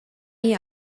igl